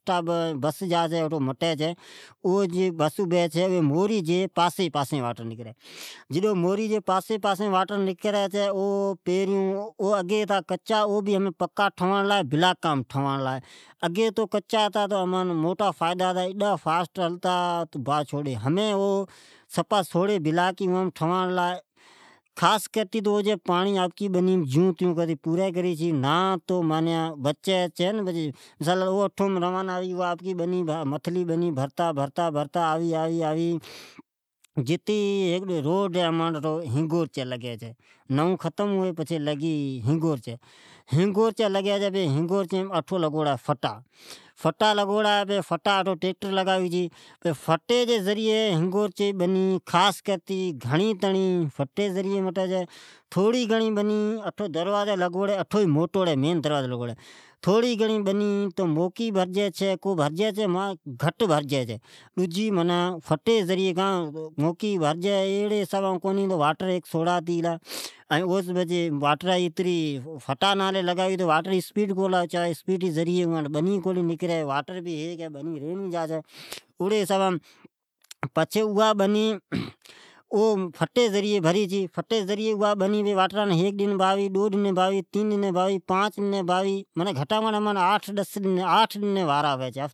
اٹھی مین ھیک بس جا چھی اٹھو مٹی چھے، اوی موری پر ابھی چھے ۔اوی موری جی پاسیم پاسیم اٹھو م واٹر نکری چھے ،اگی او ھتا کچا ھمین اوبھی پکا ٹھنواڑ چھوڑا۔ بلاکام ٹھنواڑ ھی۔ اگی او کچا ھتا توامان موٹا فائداھتا اڈا فاسٹ ھلتا تون بات چھوڑ دی ۔ ھمین اونسوڑی بلاکام پکا کرتے چھڑ۔ خاص کرتے آپکی بنی مین جیون تیون کرتی پانڑی پوری کری ۔اٹھوم روانا ھوی تو آپکی بنی بھرتا متھلی بنی بھرتا بھرتا آوی آوی ۔ اگتا آوی چھےتو اٹھوھیک رادھ آوی اٹھو ھینگورچی لگی چھی، ۔ پچھےنو ختم ھوی ائین ھینگورچی لگیچھی اٹھو لگوڑی ھے فٹا او فٹیم ٹیکٹر لگاوی چھی پچھی سجی ھینگورچیجی بنی خاص کرتےگھڑنی تڑنی فٹی مین بھرائی چھے ۔ کجھ بنی اٹھو در لگوڑی ھی اوم بھرائی چھی ،موکی گھٹ بھرجیچھی ۔ پر فٹے جی ذرعی بھرجی چھے ، کا تو واٹرھیک سوڑا ھتے گلا ھی۔ ایلے کرتے فٹا لگھاوی جون پانڑی تیز س آوی۔ پچھے سجی بنی نکر واٹر بھہ ھیک ھے بنی رینی جا چھے، اعڑی حسابا مین اوا بنی فٹی جی ذرعی بھری چھی پچھے ھیک دن باوی یا دو دن باوی، چارباوی چانچ دن باوی گھٹام گھٹ آٹھ دنی امچا وارا ھوی چھی۔